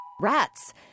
Rats